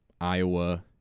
Iowa